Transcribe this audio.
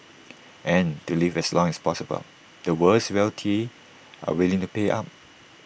and to live as long as possible the world's wealthy are willing to pay up